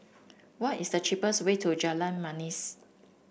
what is the cheapest way to Jalan Manis